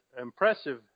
impressive